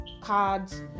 cards